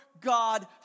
God